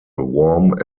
warm